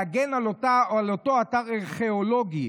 להגן על אותו אתר ארכיאולוגיה,